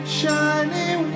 shiny